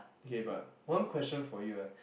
okay but one question for you ah